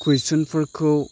कुइसनफोरखौ